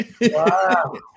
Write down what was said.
Wow